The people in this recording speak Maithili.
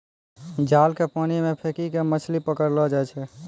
जाल के पानी मे फेकी के मछली पकड़लो जाय छै